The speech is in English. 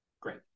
Great